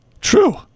true